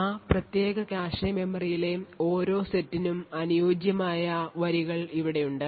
ആ പ്രത്യേക കാഷെ മെമ്മറിയിലെ ഓരോ സെറ്റിനും അനുയോജ്യമായ വരികൾ ഇവിടെയുണ്ട്